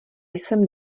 jsem